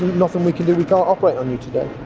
nothing we can do, we can't operate on you today.